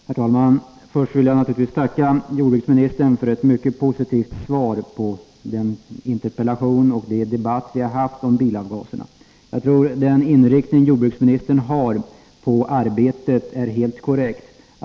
Herr talman! Först vill jag naturligtvis tacka jordbruksministern för ett mycket positivt svar på interpellationen och för den debatt som vi haft om bilavgaserna. Jag tror att den inriktning på arbetet som jordbruksministern har är helt korrekt.